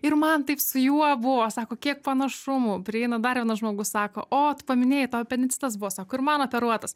ir man taip su juo buvo sako kiek panašumų prieina dar vienas žmogus sako o tu paminėjai tau apendicitas buvo sako ir man operuotas